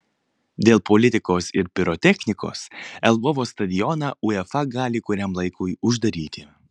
dėl politikos ir pirotechnikos lvovo stadioną uefa gali kuriam laikui uždaryti